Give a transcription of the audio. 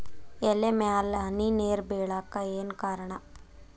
ಎಲೆ ಮ್ಯಾಲ್ ಹನಿ ನೇರ್ ಬಿಳಾಕ್ ಏನು ಕಾರಣ?